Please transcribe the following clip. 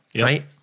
right